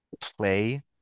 play